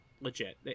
legit